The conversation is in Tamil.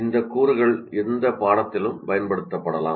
இந்த கூறுகள் எந்த வகையிலும் பயன்படுத்தப்படலாம்